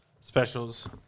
specials